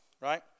right